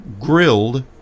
grilled